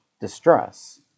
distress